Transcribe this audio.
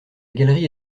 galerie